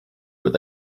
with